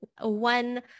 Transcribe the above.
one